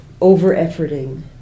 over-efforting